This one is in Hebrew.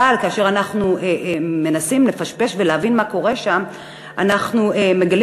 אבל כשאנחנו מנסים לפשפש ולהבין מה קורה שם אנחנו מגלים